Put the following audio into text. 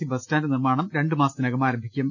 C bus stand നിർമാണം രണ്ടു മാസത്തിനകം ആരംഭിക്കും